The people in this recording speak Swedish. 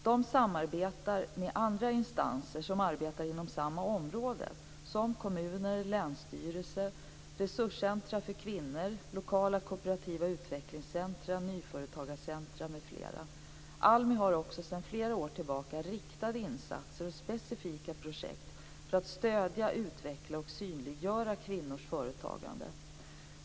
De samarbetar med andra instanser som arbetar inom samma område, som kommuner, länsstyrelser, resurscentrum för kvinnor, lokala kooperativa utvecklingscentrum, nyföretagarcentrum m.fl. ALMI har också sedan flera år tillbaka riktade insatser och specifika projekt för att stödja, utveckla och synliggöra kvinnors företagande.